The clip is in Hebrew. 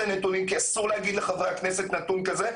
הנתונים כי אסור להציג לחברי הכנסת נתון כזה,